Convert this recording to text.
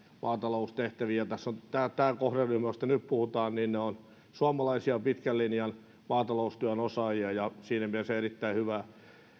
maataloustehtäviin tämä kohderyhmä josta nyt puhutaan on suomalaisia pitkän linjan maataloustyön osaajia ja siinä mielessä erittäin hyvä